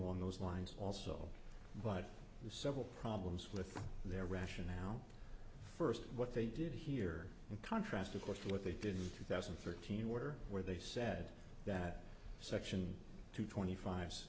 along those lines also but several problems with their rationale first what they did here in contrast of course what they didn't two thousand and thirteen order where they said that section to twenty five